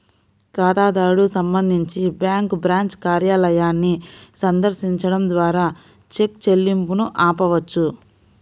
ఖాతాదారుడు సంబంధించి bank branch కార్యాలయాన్ని సందర్శించడం ద్వారా చెక్ చెల్లింపును ఆపవచ్చు